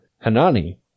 Hanani